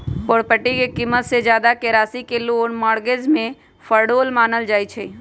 property के कीमत से जादा के राशि के लोन मोर्गज में फरौड मानल जाई छई